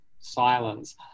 silence